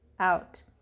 out